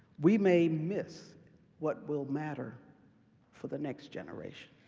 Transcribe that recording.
we may miss what will matter for the next generation.